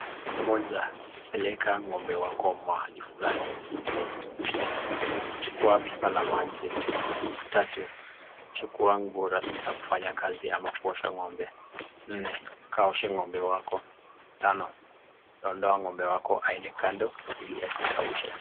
Moja, peleka ng'ombe wako mahali fulani. Pili, chukua pipa la maji. Tatu, chukua nguo rasmi za kufanya kazi ama kuosha ng'ombe. Nne, kaoshe ng'ombe wako. Tano, ondoa ng'ombe wako aende kando ili ajikaushe.